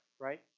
right